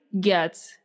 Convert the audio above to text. get